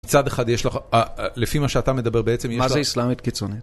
מצד אחד יש לך, לפי מה שאתה מדבר בעצם, יש... מה זה אסלאמית קיצונית?